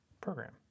program